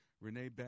Renee